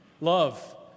Love